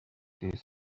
رابطه